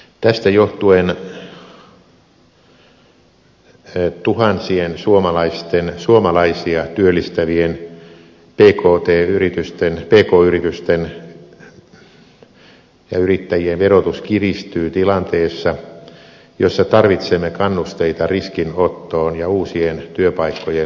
tästä johtuen tuhansien suomalaisten ja suomalaisia työllistävien pk yritysten ja yrittäjien verotus kiristyy tilanteessa jossa tarvitsemme kannusteita riskinottoon ja uusien työpaikkojen luomiseen